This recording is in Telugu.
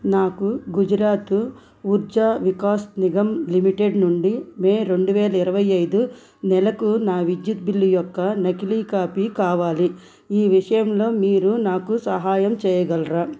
నాకు గుజరాతు ఊర్జా వికాస్ నిగం లిమిటెడ్ నుండి మే రెండు వేల ఇరవై ఐదు నెలకు నా వద్యుత్టు బిల్లు యొక్క నకిలీ కాపీ కావాలి ఈ విషయంలో మీరు నాకు సహాయం చెయ్యగలరా